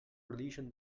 religion